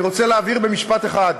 אני רוצה להבהיר במשפט אחד: